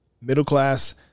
middle-class